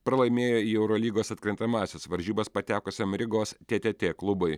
pralaimėjo į eurolygos atkrintamąsias varžybas patekusiam rygos tėtėtė klubui